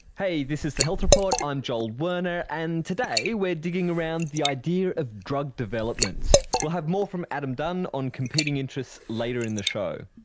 hey, this is the health report, i'm joel werner, and today we are digging around the idea of drug development. we'll have more from adam dunn on competing interests later in the show.